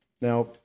Now